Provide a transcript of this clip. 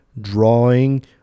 drawing